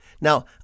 Now